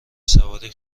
سواری